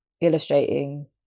illustrating